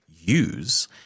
use